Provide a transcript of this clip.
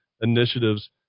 initiatives